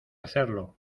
hacerlo